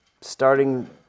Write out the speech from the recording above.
starting